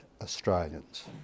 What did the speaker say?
Australians